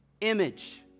image